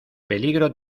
peligro